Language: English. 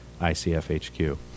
ICFHQ